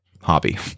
hobby